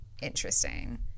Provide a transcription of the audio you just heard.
interesting